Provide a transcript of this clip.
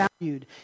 valued